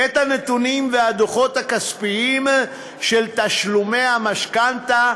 את הנתונים והדוחות הכספיים של תשלומי המשכנתה,